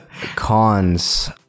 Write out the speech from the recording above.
Cons